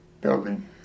building